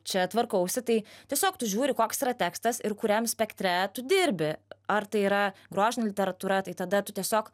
čia tvarkausi tai tiesiog tu žiūri koks yra tekstas ir kuriam spektre tu dirbi ar tai yra grožinė literatūra tai tada tu tiesiog